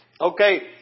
Okay